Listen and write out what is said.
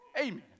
Amen